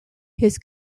his